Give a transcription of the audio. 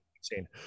seen